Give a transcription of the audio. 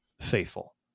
faithful